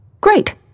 Great